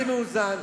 זה מאוזן,